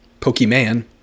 Pokemon